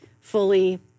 fully